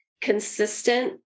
Consistent